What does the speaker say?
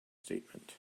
statement